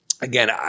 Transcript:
again